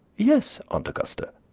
yes, aunt augusta!